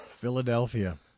Philadelphia